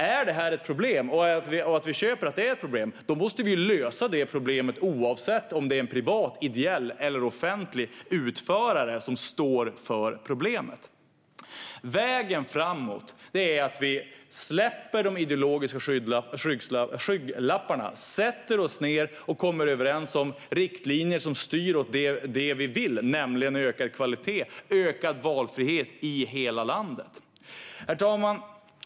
Om vi köper att detta är ett problem måste vi ju lösa det, oavsett om det är en privat, ideell eller offentlig utförare som står för problemet. Vägen framåt är att vi släpper de ideologiska skygglapparna, sätter oss ned och kommer överens om riktlinjer som styr mot det vi vill ha, nämligen ökad kvalitet och valfrihet i hela landet. Herr talman!